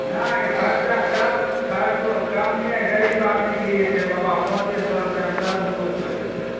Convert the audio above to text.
नहि खर्चा सब खर्चो कमे गरीब आदमीके लिए छै बाबा पाँचे सए रुपैआमे सब किछु होइ जैतै